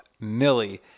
Millie